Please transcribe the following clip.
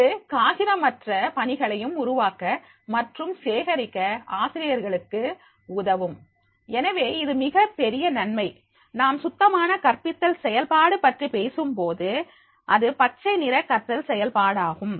அது காகிதமற்ற பணிகளையும் உருவாக்க மற்றும் சேகரிக்க ஆசிரியர்களுக்கு உதவும் எனவே இது மிகப் பெரிய நன்மை நாம் சுத்தமான கற்பித்தல் செயல்பாடு பற்றி பேசும்போது இது பச்சை நிற கற்றல் செயல்பாடாகும்